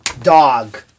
dog